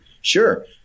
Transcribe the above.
Sure